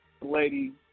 lady